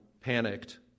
panicked